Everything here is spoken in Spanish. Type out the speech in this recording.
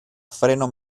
freno